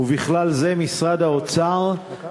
ובכלל זה משרד האוצר,